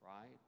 right